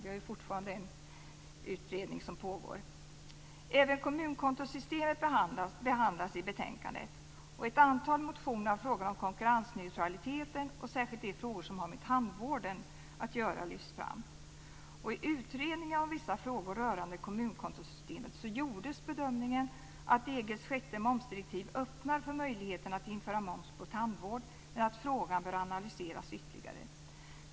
Det pågår fortfarande en utredning. Även kommunkontosystemet behandlas i betänkandet. I ett antal motioner har frågan om konkurrensneutraliteten, särskilt de frågor som har med tandvården att göra, lyfts fram. I utredningen om vissa frågor rörande kommunkontosystemet gjordes bedömningen att EG:s sjätte momsdirektiv öppnar för möjligheten att införa moms på tandvård, men att frågan bör analyseras ytterligare.